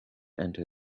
enter